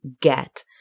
get